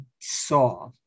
saw